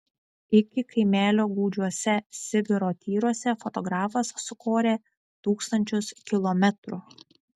iki kaimelio gūdžiuose sibiro tyruose fotografas sukorė tūkstančius kilometrų